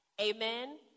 Amen